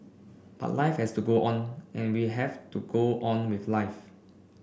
but life has to go on and we have to go on with life